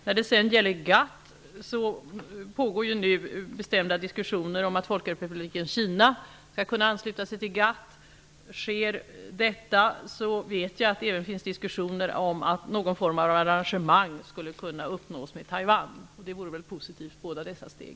När det sedan gäller GATT pågår nu bestämda diskussioner om att Folkrepubliken Kina skall kunna ansluta sig till GATT. Sker detta vet jag att det även finns diskussioner om någon form av arrangemang för Taiwan. Det vore väl positivt med båda dessa steg.